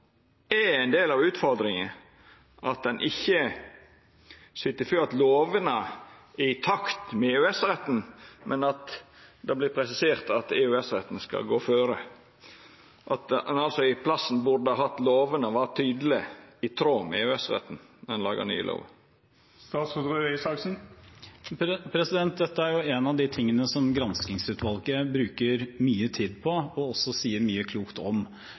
er ein del av utfordringa at ein ikkje syter for at lovene er i takt med EØS-retten, men at det vert presisert at EØS-retten skal gå føre, altså at ein i staden burde hatt det slik at lovene var tydeleg i tråd med EØS-retten når ein lagar nye lover? Dette er en av de tingene som granskingsutvalget bruker mye tid på og sier mye klokt om.